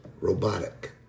robotic